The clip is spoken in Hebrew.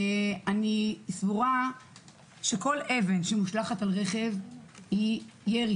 אני סבורה שכל אבן שמושלכת על רכב היא ירי,